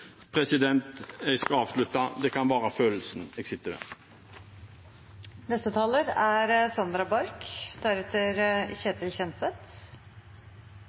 jeg skal avslutte med at det kan være følelsen jeg sitter med. Nå er